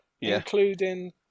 including